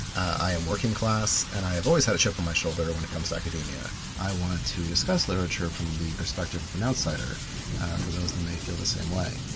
i am working class and have always had a chip on my shoulder when it comes academia. i wanted to discuss literature from the perspective of an outsider for those that may feel the same way.